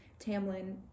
Tamlin